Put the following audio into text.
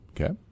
Okay